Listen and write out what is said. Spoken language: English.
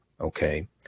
Okay